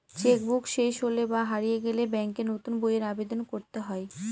check book শেষ হলে বা হারিয়ে গেলে ব্যাঙ্কে নতুন বইয়ের আবেদন করতে হয়